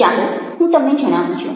ચાલો હું તમને જણાવું છું